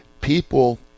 People